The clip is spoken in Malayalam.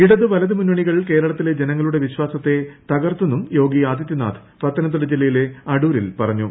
ഇടതുവലതു മുന്നണികൾ കേരളത്തിലെ ജനങ്ങളുടെ വിശ്വാസത്തെ തകർത്തെന്നും യോഗി ആദിത്യനാഥ് പത്തനംതിട്ട ജില്ലയിലെ അടൂരിൽ പറഞ്ഞു